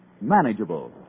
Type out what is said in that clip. manageable